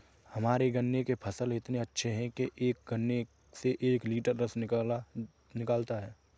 हमारे गन्ने के फसल इतने अच्छे हैं कि एक गन्ने से एक लिटर रस निकालता है